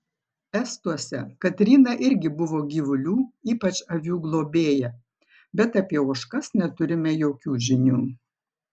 estuose katryna irgi buvo gyvulių ypač avių globėja bet apie ožkas neturime jokių žinių